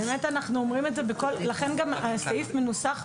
לכן גם הסעיף מנוסח,